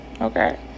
Okay